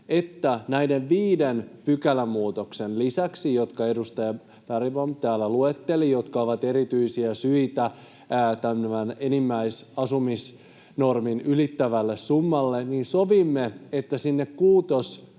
että näiden viiden pykälämuutoksen lisäksi, jotka edustaja Bergbom täällä luetteli ja jotka ovat erityisiä syitä tämän enimmäisasumisnormin ylittävälle summalle, sovimme, että sinne